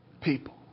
people